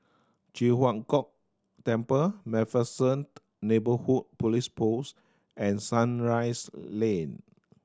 Ji Huang Kok Temple Macpherson Neighbourhood Police Post and Sunrise Lane